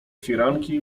firanki